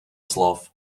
slov